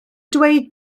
dweud